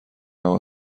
اقا